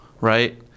right